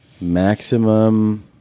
Maximum